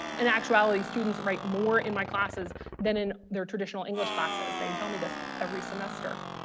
in actuality students write more in my classes than in their traditional english classes they tell me this every semester.